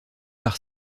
par